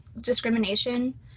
discrimination